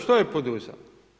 Što je poduzeo?